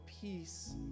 peace